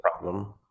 problem